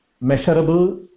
measurable